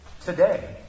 today